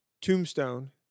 Tombstone